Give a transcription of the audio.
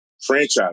franchise